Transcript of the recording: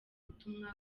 ubutumwa